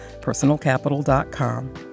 personalcapital.com